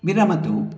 विरमतु